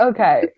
Okay